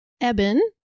Eben